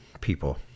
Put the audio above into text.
people